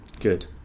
Good